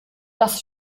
das